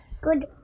Good